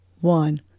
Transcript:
one